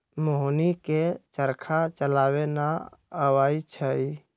मोहिनी के चरखा चलावे न अबई छई